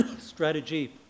strategy